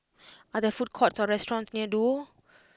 are there food courts or restaurants near Duo